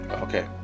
Okay